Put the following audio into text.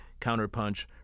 Counterpunch